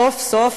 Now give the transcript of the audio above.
סוף-סוף,